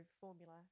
formula